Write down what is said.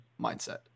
mindset